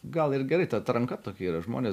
gal ir gerai ta atranka tokia yra žmonės